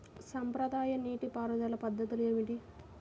సాంప్రదాయ నీటి పారుదల పద్ధతులు ఏమిటి?